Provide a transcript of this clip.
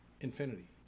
infinity